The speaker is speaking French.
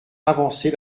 avancer